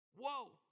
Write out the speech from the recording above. Whoa